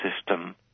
system